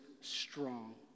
strong